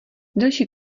delší